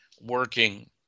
working